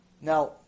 Now